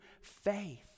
faith